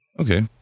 Okay